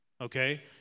okay